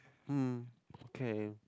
hmm okay